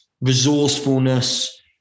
resourcefulness